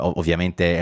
ovviamente